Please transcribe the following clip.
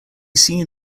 seen